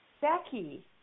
Becky